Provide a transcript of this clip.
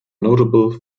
notable